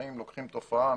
באים לוקחים תופעה,